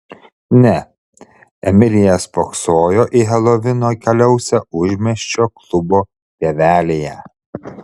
ne emilija spoksojo į helovino kaliausę užmiesčio klubo pievelėje